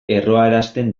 erroarazten